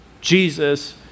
Jesus